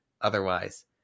otherwise